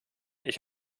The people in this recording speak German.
ich